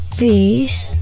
face